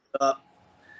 up